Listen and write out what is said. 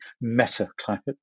meta-climate